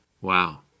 Wow